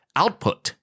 output